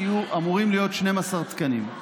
אמורים להיות 12 תקנים.